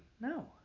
No